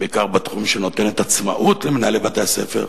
בעיקר בתחום שהיא נותנת עצמאות למנהלי בתי-הספר,